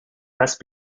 best